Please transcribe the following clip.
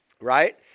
Right